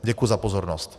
Děkuji za pozornost.